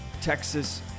Texas